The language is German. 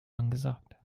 angesagt